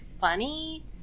funny